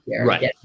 right